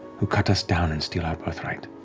who cut us down and steal our birthright?